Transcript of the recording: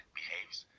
behaves